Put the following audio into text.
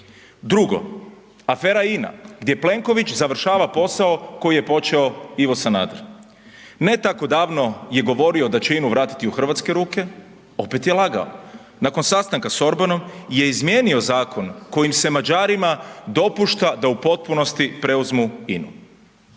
Drugo, afera INA gdje Plenković završava posao koji je počeo Ivo Sanader, ne tako davno je govorio da će INU vratiti u hrvatske ruke, opet je lagao, nakon sastanka s Orbanom je izmijenio zakon kojim se Mađarima dopušta da u potpunosti preuzmu INU.